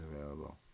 available